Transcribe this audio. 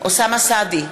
אוסאמה סעדי,